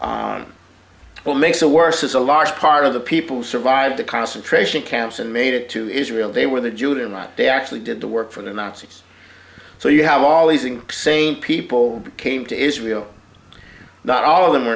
what makes it worse is a large part of the people who survived the concentration camps and made it to israel they were the juden lot they actually did the work for the nazis so you have all these ink same people came to israel not all of them are